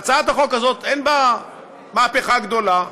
והצעת החוק הזאת, אין בה מהפכה גדולה,